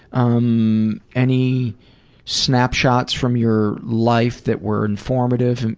um any snapshots from your life that were informative. and